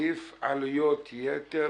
עלויות-יתר